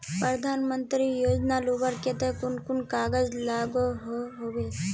प्रधानमंत्री योजना लुबार केते कुन कुन कागज लागोहो होबे?